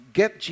get